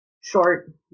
short